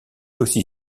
aussi